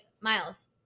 Miles